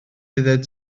oeddet